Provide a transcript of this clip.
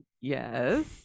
yes